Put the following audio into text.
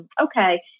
okay